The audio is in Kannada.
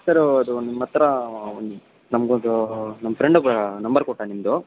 ಸರು ಅದು ನಿಮ್ಮ ಹತ್ರ ಒಂದು ನಮಗೊಂದು ನಮ್ಮ ಫ್ರೆಂಡ್ ಒಬ್ಬ ನಂಬರ್ ಕೊಟ್ಟ ನಿಮ್ಮದು